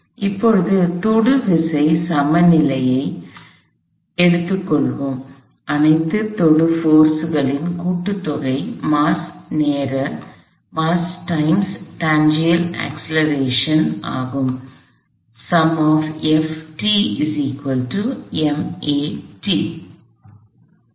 எனவே இப்போது தொடு விசை சமநிலையை எடுத்துக் கொள்வோம் அனைத்து தொடு சக்திகளின் கூட்டுத்தொகை மாஸ் நேர டான்ஜென்ஷியல் அக்ஸலரேஷன் ஆகும்